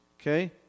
okay